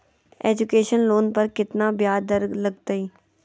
Education loan पर केतना ब्याज दर लगतई?